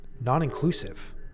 non-inclusive